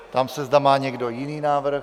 Ptám se, zda má někdo jiný návrh?